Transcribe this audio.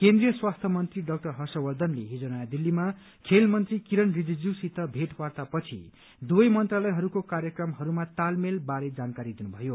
केन्द्रीय स्वास्थ्य मन्त्री डा हर्षवर्छनले हिज नयाँ दिल्लीमा खेल मन्त्री किरण रिजिजूसित भेटवार्ता पछि दुवै मन्त्रालयहरूको कार्यक्रमहरूमा तालमेल बारे जानकारी दिनुभयो